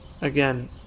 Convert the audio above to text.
Again